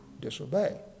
disobey